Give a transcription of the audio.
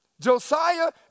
Josiah